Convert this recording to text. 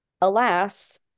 alas